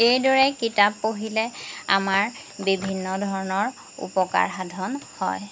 এইদৰে কিতাপ পঢ়িলে আমাৰ বিভিন্ন ধৰণৰ উপকাৰ সাধন হয়